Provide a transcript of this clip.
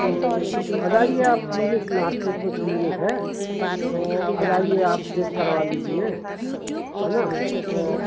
तो आ जाइए आप क्लीनिक मार्केट में क्लीनिक है तो आ जाइए आप चेक करवा लीजिए है ना वो